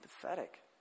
pathetic